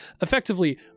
effectively